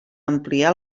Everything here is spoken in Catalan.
ampliar